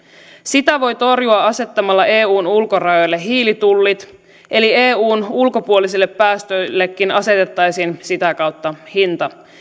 sitä voi torjua asettamalla eun ulkorajoille hiilitullit eli eun ulkopuolisille päästöillekin asetettaisiin sitä kautta hinta